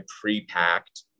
pre-packed